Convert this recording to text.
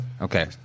Okay